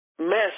mess